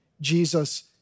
Jesus